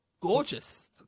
gorgeous